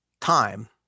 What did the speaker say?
time